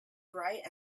bright